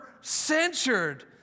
censured